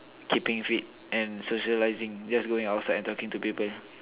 keeping fit and socializing just going outside and talking to people